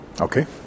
Okay